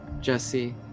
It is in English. Jesse